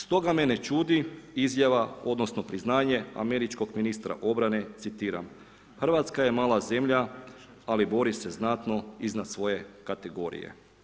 Stoga me ne čudi izjava, odnosno priznanje američkog ministra obrane, citiram: „Hrvatska je mala zemlja ali bori se znatno iznad svoje kategorije.